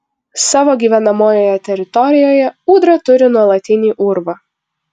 savo gyvenamojoje teritorijoje ūdra turi nuolatinį urvą